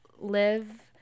live